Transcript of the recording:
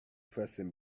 pressing